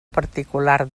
particular